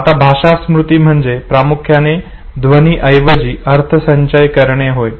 आता भाषा स्मृती म्हणजे प्रामुख्याने ध्वनीऐवजी अर्थ संचय करणे होय